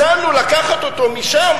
הצענו לקחת אותו משם,